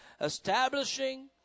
establishing